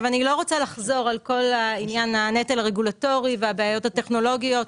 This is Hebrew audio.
אני לא רוצה לחזור על כל הנטל הרגולטורי והבעיות הטכנולוגיות.